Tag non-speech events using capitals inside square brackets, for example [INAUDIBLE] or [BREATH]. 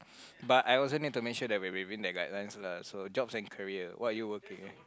[BREATH] but I also need to make sure that we are within the guidelines lah so jobs and career what are you working